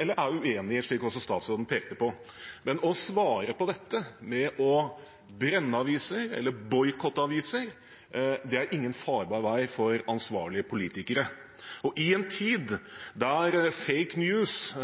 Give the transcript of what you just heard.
eller som vi er uenig i, som også statsråden svarte på. Men å svare på dette med å brenne eller boikotte aviser er ingen farbar vei for ansvarlige politikere. I en tid da «fake news»